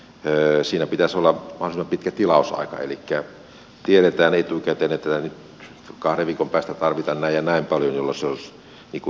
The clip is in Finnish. siinä pitäisi olla mahdollisimman pitkä tilausaika elikkä tiedetään etukäteen että kahden viikon päästä tarvitaan näin ja näin paljon jolloin se olisi inhimillisempää